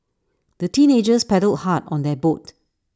the teenagers paddled hard on their boat